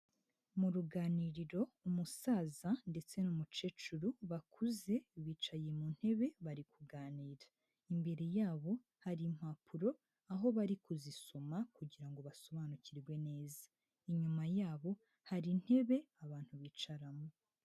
Mu ruganiriro umusaza ndetse n'umukecuru bakuze bicaye mu ntebe bari kuganira, imbere yabo hari impapuro aho bari kuzisoma kugira ngo basobanukirwe neza, inyuma yabo hari intebe abantu bicaramo.